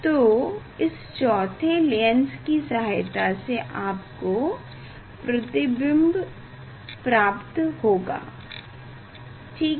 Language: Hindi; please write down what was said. तो इस चौथे लेंस की सहायता से आपको प्रतिबिंब प्राप्त होगा ठीक है